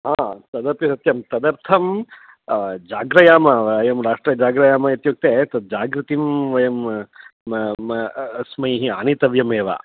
हा तदपि सत्यं तदर्थं जागृयाम वयं राष्ट्रे जागृयाम इत्युक्ते तत् जागृतिं वयं अस्मैः आनेतव्यमेव